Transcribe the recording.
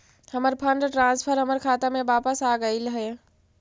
हमर fund transfer हमर खाता में वापस आगईल हे